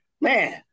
man